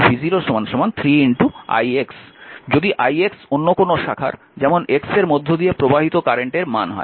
যদি ix অন্য কোনো শাখার যেমন x এর মধ্য দিয়ে প্রবাহিত কারেন্টের মান হয়